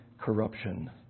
corruption